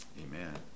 Amen